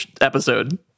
episode